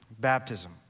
Baptism